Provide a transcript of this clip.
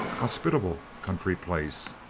hospitable country place,